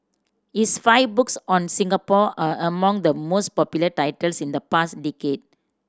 his five books on Singapore are among the most popular titles in the past decade